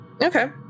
Okay